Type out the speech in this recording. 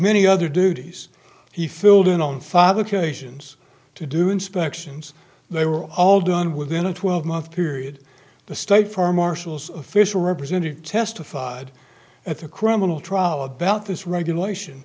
many other duties he filled in on five occasions to do inspections they were all done within a twelve month period the state farm marshals official represented testified at the criminal trial about this regulation